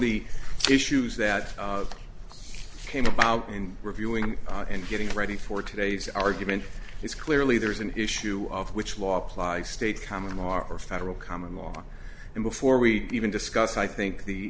the issues that came about in reviewing and getting ready for today's argument is clearly there is an issue of which law apply state common law are federal common law and before we even discuss i think the